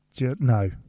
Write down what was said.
no